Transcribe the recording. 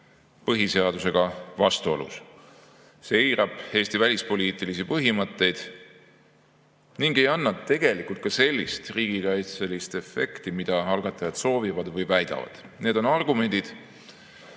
põhiseadusega vastuolus, see eirab Eesti välispoliitilisi põhimõtteid ning ei anna tegelikult ka sellist riigikaitselist efekti, mida algatajad soovivad või väidavad. Need on argumendid,